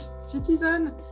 citizen